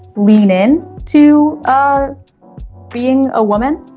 lean in to. ah being a woman.